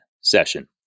session